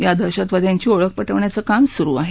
या दहशतवाद्यांची ओळख पटवण्याचं काम सुरु आहे